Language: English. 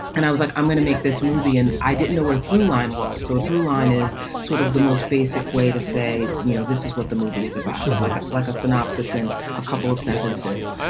and i was like, i'm going to make this movie. and i didn't know where through line was. so through line is sort of the most basic way to say, you know, this is what the movie is about. like ah like a synopsis in a couple of sentences.